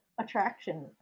attraction